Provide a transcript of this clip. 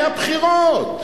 היו בחירות.